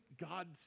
God